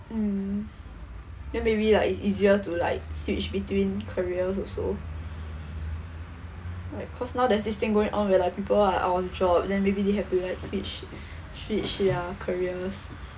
mm then maybe like it's easier to like switch between careers also like cause now there's this thing going on where like people are out of a job then maybe they have to like switch switch their careers